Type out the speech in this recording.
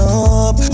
up